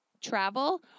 travel